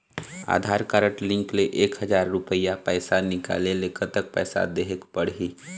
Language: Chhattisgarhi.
आधार कारड लिंक ले एक हजार रुपया पैसा निकाले ले कतक पैसा देहेक पड़ही?